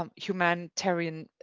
um humanitarian